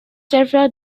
several